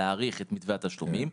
להאריך את מתווה התשלומים.